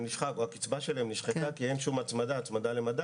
נשחק או הקצבה שלהם נשחקה כי אין שום הצמדה למדד